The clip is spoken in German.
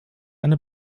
eine